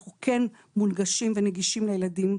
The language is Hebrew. אנחנו כן מונגשים ונגישים לילדים,